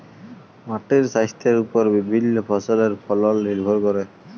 মাটির স্বাইস্থ্যের উপর বিভিল্য ফসলের ফলল লির্ভর ক্যরে